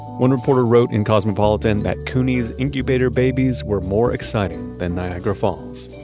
one reporter wrote in cosmopolitan that couney's incubator babies were more exciting than niagara falls.